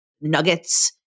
nuggets